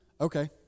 Okay